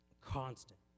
constant